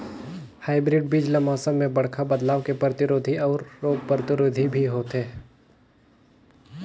hybrid बीज ल मौसम में बड़खा बदलाव के प्रतिरोधी अऊ रोग प्रतिरोधी भी होथे